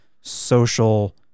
social